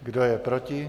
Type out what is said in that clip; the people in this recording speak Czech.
Kdo je proti?